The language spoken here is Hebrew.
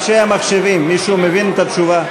אנשי המחשבים, מישהו מבין את התשובה?